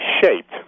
shaped